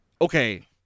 okay